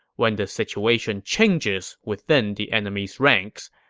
when the situation changes within the enemy's ranks,